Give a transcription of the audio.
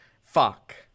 fuck